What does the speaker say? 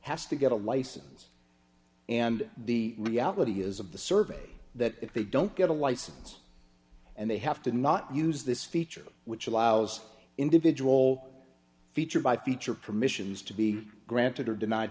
has to get a license and the reality is of the survey that if they don't get a license and they have to not use this feature which allows individual feature by feature permissions to be granted or denied